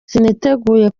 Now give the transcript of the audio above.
siniteguye